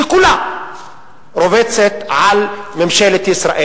שכולה רובצת על ממשלת ישראל.